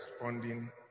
funding